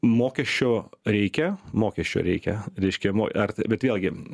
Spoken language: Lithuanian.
mokesčio reikia mokesčio reikia reiškia mo arti bet vėlgi